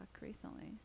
recently